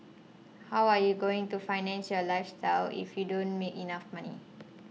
how are you going to finance your lifestyle if you don't make enough money